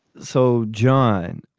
so, john,